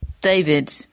David